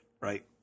right